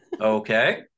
Okay